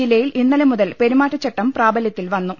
ജില്ലയിൽ ഇന്നലെ മുതൽ പെരുമാറ്റച്ചട്ടം പ്രാബല്യത്തിൽ വന്നു